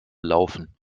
laufen